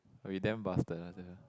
we damn bastard tell you